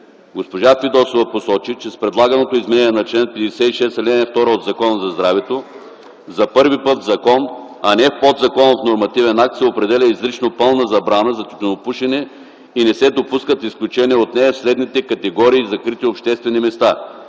Госпожа Фидосова посочи, че с предлаганото изменение на чл. 56, ал. 2 от Закона за здравето за първи път в закон, а не в подзаконов нормативен акт се определя изрично пълна забрана за тютюнопушене и не се допускат изключения от нея в следните категории закрити обществени места